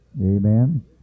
Amen